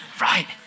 right